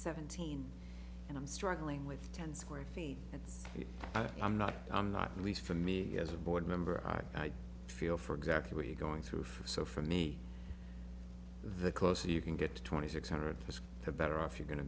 seventeen and i'm struggling with ten square feet and i'm not i'm not least for me as a board member i feel for exactly what you're going through for so for me the closer you can get to twenty six hundred it's the better off you're going to